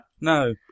No